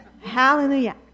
Hallelujah